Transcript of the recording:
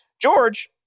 George